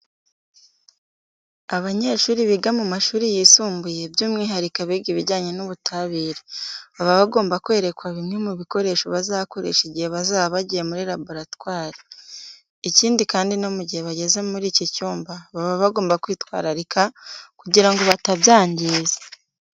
Abanyeshuri biga mu mashuri yisumbuye byumwihariko abiga ibijyanye n'ubutabire, baba bagomba kwerekwa bimwe mu bikoresho bazakoresha igihe bazaba bagiye muri laboratwari. Ikindi kandi no mu gihe bageze muri iki cyumba baba bagomba kwitwararika kugira ngo batabyangiza.